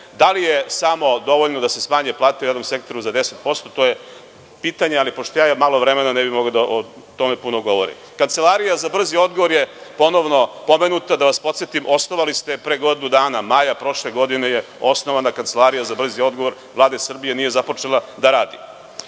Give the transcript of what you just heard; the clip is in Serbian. Da li je dovoljno samo da se smanje plate u javnom sektoru za 10%? To je pitanje, ali pošto imam malo vremena, ne bih mogao o tome puno da govorim. Kancelarija za brzi odgovor je ponovo pomenuta. Da vas podsetim, osnovali ste je pre godinu dana, maja prošle godine je osnovana Kancelarija za brzi odgovor Vlade Srbije, nije započela da radi. Šta